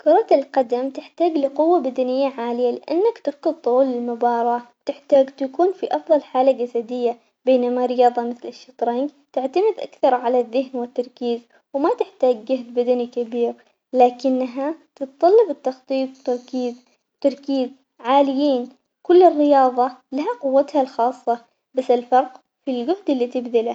كرة القدم تحتاج لقوة بدنية عالية لأنك تركض طول المباراة تحتاج تكون في أفضل حالة جسدية، بينما رياضة مثل الشطرنج تعتمد أكثر على الذهن والتركيز وما تحتاج جهد بدني كبير لكنها تتطلب التخطيط وتركي- تركيز عاليين كل الرياضة لها قوتها الخاصة بس الفرق في الجهد اللي تبذله.